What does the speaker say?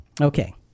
okay